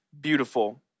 beautiful